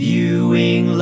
Viewing